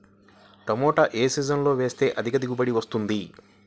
టమాటా ఏ సీజన్లో వేస్తే అధిక దిగుబడి వస్తుంది?